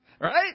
Right